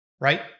right